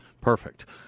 Perfect